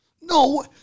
No